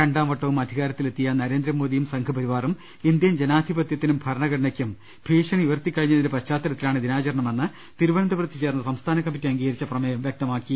രണ്ടാം വട്ടവും അധികാരത്തിലെത്തിയ നരേന്ദ്രമോദിയും സംഘപരിവാറും ഇന്ത്യൻ ജനാ ധിപത്യത്തിനും ഭരണഘടനയ്ക്കും ഭീഷണി ഉയർത്തിക്കഴിഞ്ഞതിന്റെ പശ്ചാത്തല ത്തിലാണ് ദിനാചരണമെന്ന് തിരുവനന്തപുരത്ത് ചേർന്ന സംസ്ഥാന കമ്മിറ്റി അംഗീ കരിച്ച പ്രമേയം വ്യക്തമാക്കി